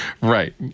Right